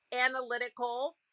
analytical